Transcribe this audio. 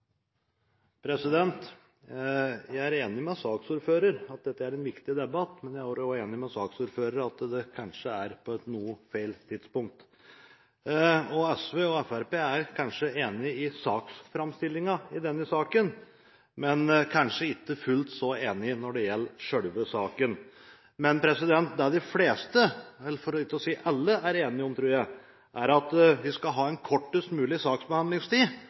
enig med saksordføreren i at dette er en viktig debatt, men jeg er også enig med saksordføreren i at den kanskje er på et noe feil tidspunkt. SV og Fremskrittspartiet er kanskje enige om saksframstillingen i denne saken, men ikke fullt så enige når det gjelder selve saken. Men det de fleste, for ikke å si alle, er enige om, tror jeg, er at vi skal ha kortest mulig saksbehandlingstid.